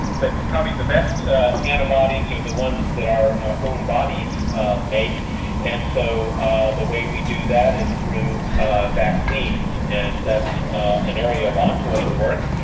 but probably the best antibodies are the ones that our own bodies make and so the way we do that is through vaccines and that's an area of ongoing work.